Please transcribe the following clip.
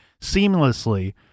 seamlessly